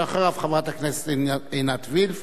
ואחריו, חברת הכנסת עינת וילף.